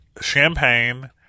champagne